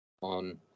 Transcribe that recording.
on